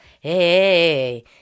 hey